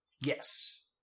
Yes